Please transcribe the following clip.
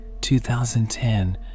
2010